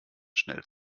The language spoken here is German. schnell